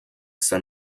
sun